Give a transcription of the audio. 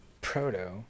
Proto